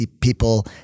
people